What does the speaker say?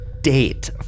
date